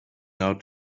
out